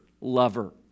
lover